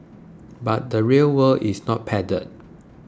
but the real world is not padded